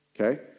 Okay